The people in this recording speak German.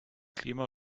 klima